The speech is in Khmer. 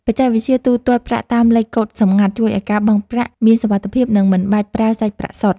បច្ចេកវិទ្យាទូទាត់ប្រាក់តាមលេខកូដសម្ងាត់ ជួយឱ្យការបង់ប្រាក់មានសុវត្ថិភាព និងមិនបាច់ប្រើសាច់ប្រាក់សុទ្ធ។